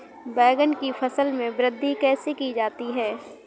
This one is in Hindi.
बैंगन की फसल में वृद्धि कैसे की जाती है?